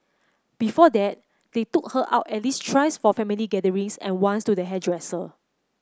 before that they took her out at least thrice for family gatherings and once to the hairdresser